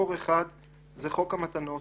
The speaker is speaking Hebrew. מקור אחד זה חוק המתנות